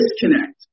disconnect